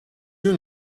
you